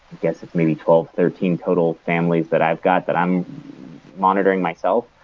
guess, it's may be twelve, thirteen total families that i've got that i'm monitoring myself,